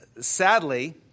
sadly